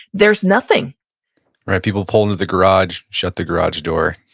there's nothing people pull into the garage, shut the garage door,